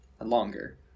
longer